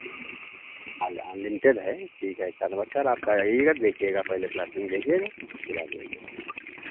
unlimited है ठीक है अच्छा नमस्कार आप कल आइएगा देखिएगा पहले प्लाटिंग देखिएगा उसके बाद ले लीजिए